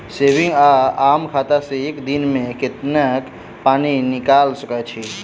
Saving वा आम खाता सँ एक दिनमे कतेक पानि निकाइल सकैत छी?